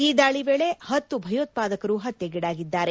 ಈ ದಾಳಿ ವೇಳಿ ಹತ್ತು ಭಯೋತ್ಪಾದಕರು ಹತ್ಯೆಗೀಡಾಗಿದ್ದಾರೆ